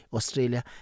Australia